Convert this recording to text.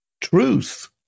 truth